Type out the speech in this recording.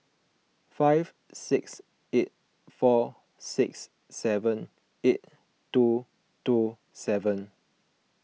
five six eight four six seven eight two two seven